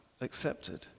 accepted